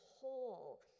whole